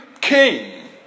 King